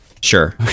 Sure